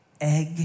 egg